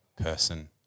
person